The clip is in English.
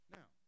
Now